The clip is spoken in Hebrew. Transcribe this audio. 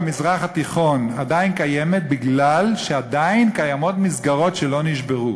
במזרח התיכון עדיין קיימת מפני שעדיין קיימות מסגרות שלא נשברו.